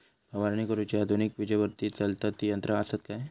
फवारणी करुची आधुनिक विजेवरती चलतत ती यंत्रा आसत काय?